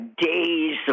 days